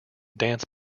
dance